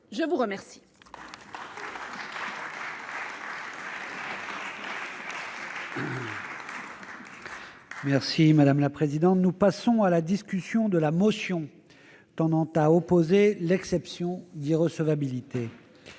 je vous remercie